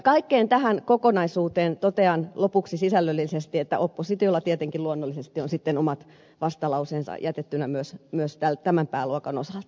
kaikkeen tähän kokonaisuuteen totean lopuksi sisällöllisesti että oppositiolla tietenkin luonnollisesti on sitten omat vastalauseensa jätettynä myös tämän pääluokan osalta